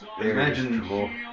Imagine